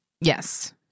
yes